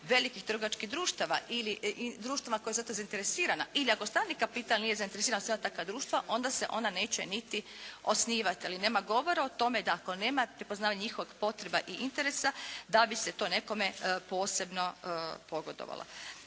velikih trgovačkih društava ili društava koja ima za to zainteresirana ili ako stalni kapital nije zainteresiran …/Govornica se ne razumije./… društva onda se ona neće niti osnivati, ali nema govora o tome da ako nema prepoznavanje njihovih potreba i interesa da bi se to nekome posebno pogodovalo.